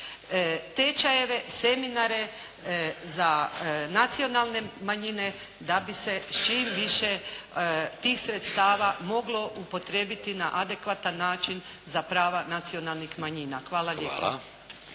tečajeve, seminare za nacionalne manjine da bi se s čim više tih sredstava moglo upotrijebiti na adekvatan način za prava nacionalnih manjina. Hvala lijepa.